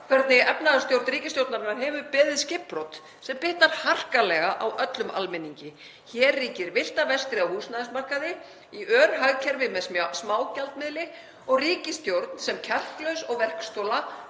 hvernig efnahagsstjórn ríkisstjórnarinnar hefur beðið skipbrot sem bitnar harkalega á öllum almenningi. Hér ríkir villta vestrið á húsnæðismarkaði í örhagkerfi með smágjaldmiðli og ríkisstjórn sem er kjarklaus og verkstola